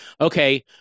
okay